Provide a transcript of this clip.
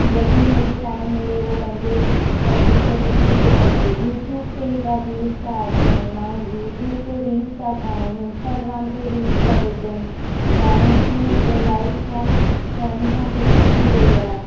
जॾहिं जंहिंखे टाइम मिले उहो पंहिंजो पिक्चर ॾिसी थो सघे यूट्युब ते एॾा रील्स था अचनि माण्हू यूट्युब ते रील्स था ठाहिनि इंस्टाग्राम ते रील्स था विझनि माण्हुनि जी लाईफ जामु पहिरीं खां सुठी थी वई आहे